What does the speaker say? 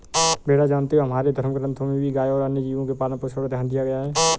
बेटा जानते हो हमारे धर्म ग्रंथों में भी गाय और अन्य जीव के पालन पोषण पर ध्यान दिया गया है